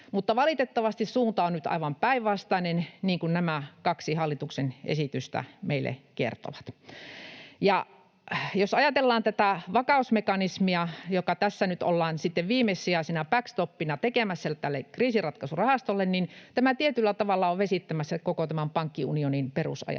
valitettavasti suunta on nyt aivan päinvastainen, niin kuin nämä kaksi hallituksen esitystä meille kertovat. Jos ajatellaan tätä vakausmekanismia, joka tässä nyt ollaan sitten viimesijaisena back-stopina tekemässä tälle kriisinratkaisurahastolle, niin tämä tietyllä tavalla on vesittämässä koko tämän pankkiunionin perusajatusta.